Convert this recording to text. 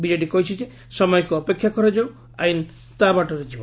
BJD କହିଛି ଯେ ସମୟକୁ ଅପେକ୍ଷା କରାଯାଉ ଆଇନ୍ ତା ବାଟରେ ଯିବ